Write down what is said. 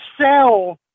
sell